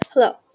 Hello